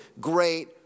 great